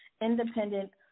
independent